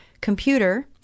computer